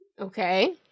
Okay